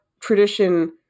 tradition